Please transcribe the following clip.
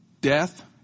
death